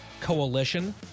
coalition